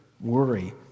worry